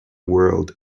world